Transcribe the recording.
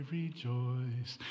rejoice